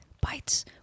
bites